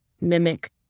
mimic